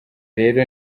rero